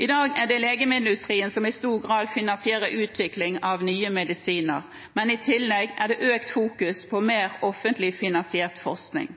I dag er det legemiddelindustrien som i stor grad finansierer utvikling av nye medisiner, men i tillegg er det økt fokus på mer offentlig finansiert forskning.